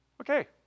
okay